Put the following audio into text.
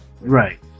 right